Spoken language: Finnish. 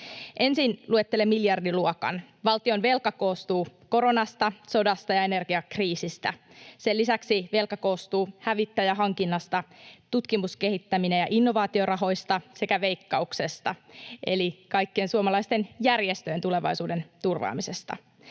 Ensin luettelen miljardiluokan. Valtionvelka koostuu koronasta, sodasta ja energiakriisistä. Sen lisäksi velka koostuu hävittäjähankinnasta, tutkimus‑, kehittämis‑ ja innovaatiorahoista sekä Veikkauksesta eli kaikkien suomalaisten järjestöjen tulevaisuuden turvaamisesta.